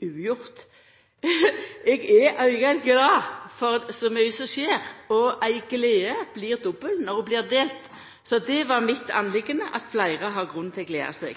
ugjort. Eg er likevel glad for at det er så mykje som skjer, og ei glede blir dobbel når ho blir delt. Så mi sak var at fleire har grunn til å gleda seg.